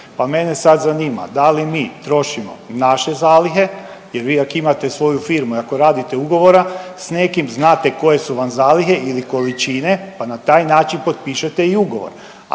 pa mene sad zanima da li mi trošimo naše zalihe, jer vi ako imate svoju firmu i ako radite ugovor sa nekim znate koje su vam zalihe ili količine, pa na taj način potpišete i ugovor.